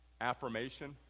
affirmation